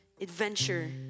adventure